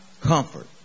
comfort